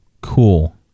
cool